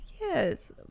yes